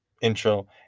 intro